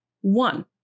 one